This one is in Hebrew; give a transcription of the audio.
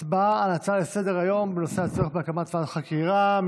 הצבעה על הצעה לסדר-היום בנושא הצורך בהקמת ועדת חקירה,